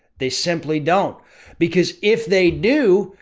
they simply don't because if they do,